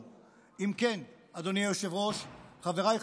אם כן, אדוני היושב-ראש, חבריי חברי הכנסת,